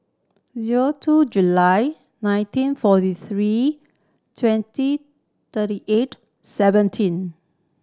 zero two July nineteen forty three twenty thirty eight seventeen